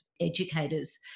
educators